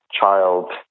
child